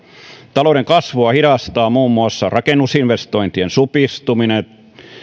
talouden kasvua hidastavat muun muassa rakennusinvestointien supistuminen